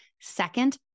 Second